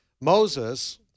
Moses